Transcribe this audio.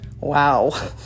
Wow